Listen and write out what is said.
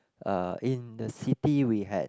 uh in the city we had